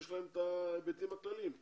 יש לכם את ההיבטים הכלליים.